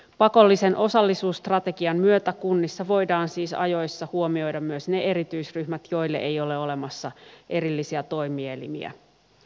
pakollisen osallisuusstrategian myötä kunnissa voidaan siis ajoissa huomioida myös ne erityisryhmät joille ei ole olemassa erillisiä toimielimiä